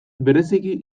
bereziki